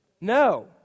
No